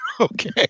Okay